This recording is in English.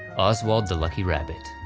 oswald the lucky rabbit.